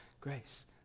grace